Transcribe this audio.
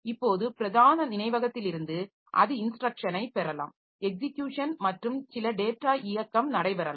இப்போது பிரதான நினைவகத்திலிருந்து அது இன்ஸ்ட்ரக்ஷனை பெறலாம் எக்ஸிக்யூஷன் மற்றும் சில டேட்டா இயக்கம் நடைபெறலாம்